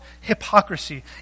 hypocrisy